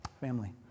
Family